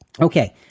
Okay